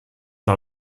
par